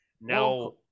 Now